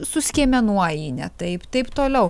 suskiemenuoji ne taip taip toliau